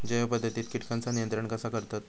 जैव पध्दतीत किटकांचा नियंत्रण कसा करतत?